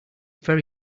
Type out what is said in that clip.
very